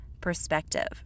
perspective